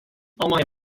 almanya